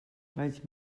vaig